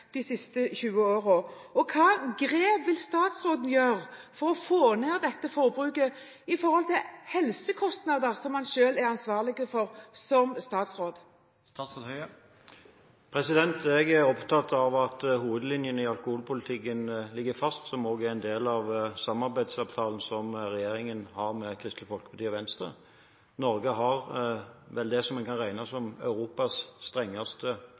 de siste 20 årene, og hvilke grep vil statsråden ta for å få ned dette forbruket – med tanke på helsekostnader, som han selv er ansvarlig for som statsråd. Jeg er opptatt av at hovedlinjene i alkoholpolitikken ligger fast, som også er en del av samarbeidsavtalen som regjeringen har med Kristelig Folkeparti og Venstre. Norge har vel det en kan regne som Europas strengeste